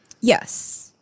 Yes